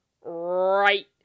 right